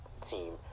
team